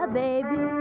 baby